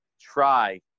try